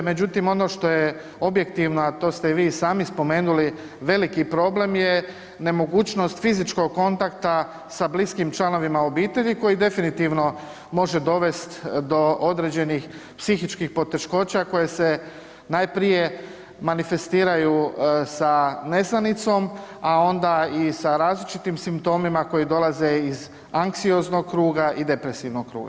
Međutim ono što je objektivno, a to ste vi i sami spomenuli, veliki problem je nemogućnost fizičkog kontakta sa bliskim članovima obitelji koji definitivno može dovest do određenih psihičkih poteškoća koje se najprije manifestiraju sa nesanicom, a onda i sa različitim simptomima koji dolaze iz anksioznog kruga i depresivnog kruga.